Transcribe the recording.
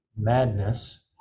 madness